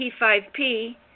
P5P